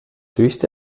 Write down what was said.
höchste